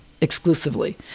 exclusively